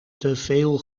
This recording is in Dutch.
teveel